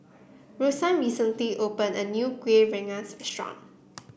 Rosann recently opened a new Kueh Rengas Restaurant